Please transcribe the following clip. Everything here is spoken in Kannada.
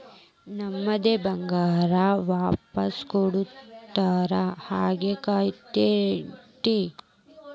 ನಮ್ಮದೇ ಬಂಗಾರ ವಾಪಸ್ ಕೊಡ್ತಾರಂತ ಹೆಂಗ್ ಗ್ಯಾರಂಟಿ?